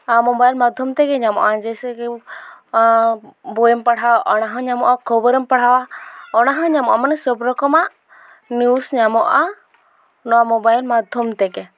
mobile ᱢᱟᱫᱽᱫᱷᱚᱢ ᱛᱮᱜᱮ ᱧᱟᱢᱚᱜᱼᱟ ᱡᱮᱭᱥᱮᱠᱮ ᱵᱳᱭᱮᱢ ᱯᱟᱲᱦᱟᱣ ᱚᱱᱟ ᱦᱚᱸ ᱧᱟᱢᱚᱜᱼᱟ ᱠᱷᱚᱵᱚᱨᱮᱢ ᱯᱟᱲᱦᱟᱣᱟ ᱚᱱᱟ ᱦᱚᱸ ᱧᱟᱢᱚᱜᱼᱟ ᱢᱟᱱᱮ ᱥᱳᱵᱨᱚᱠᱚᱢᱟᱜ ᱱᱤᱭᱩᱥ ᱧᱟᱢᱚᱜᱼᱟ ᱱᱚᱣᱟ ᱢᱳᱵᱟᱭᱤᱞ ᱢᱟᱫᱽᱫᱷᱚᱢ ᱛᱮᱜᱮ